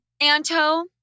Anto